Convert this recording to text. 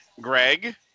Greg